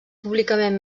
públicament